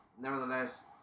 nevertheless